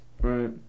Right